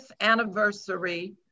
anniversary